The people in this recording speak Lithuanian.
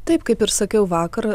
taip kaip ir sakiau vakar